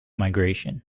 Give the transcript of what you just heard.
migration